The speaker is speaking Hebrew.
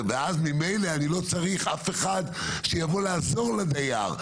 ואז ממילא אני לא צריך אף אחד שיבוא לעזור לדייר,